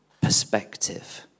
perspective